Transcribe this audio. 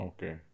Okay